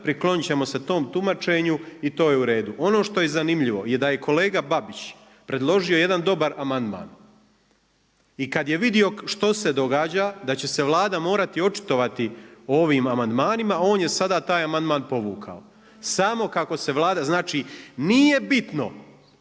priklonit ćemo se tom tumačenju, i to je u redu. Ono što je zanimljivo, je da je kolega Babić predložio jedan dobar amandman. I kad je vidio što se događa, da će se Vlada morati očitovati o ovim amandmanima, on je sada taj amandman povukao. Samo kako se Vlada, znači nije bitno